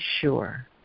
sure